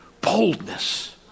boldness